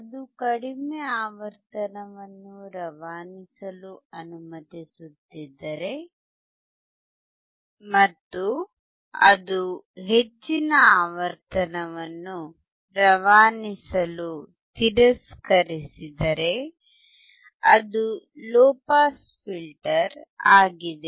ಅದು ಕಡಿಮೆ ಆವರ್ತನವನ್ನು ರವಾನಿಸಲು ಅನುಮತಿಸುತ್ತಿದ್ದರೆ ಮತ್ತು ಅದು ಹೆಚ್ಚಿನ ಆವರ್ತನವನ್ನು ತಿರಸ್ಕರಿಸಿದರೆ ಅದು ಲೊ ಪಾಸ್ ಫಿಲ್ಟರ್ ಆಗಿದೆ